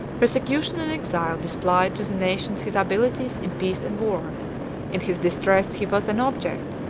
persecution and exile displayed to the nations his abilities in peace and war in his distress he was an object,